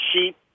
sheep